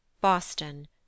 Boston